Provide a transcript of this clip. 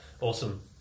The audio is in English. Awesome